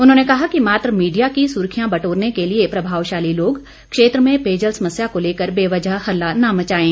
उन्होंने कहा कि मात्र मीडिया की सुर्खियां बटोरने के लिए प्रभावशाली लोग क्षेत्र में पेयजल समस्या को लेकर बेवजह हल्ला न मचाएं